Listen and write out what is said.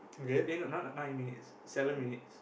eh no not nine minutes seven minutes